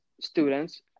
students